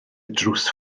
drws